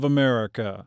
America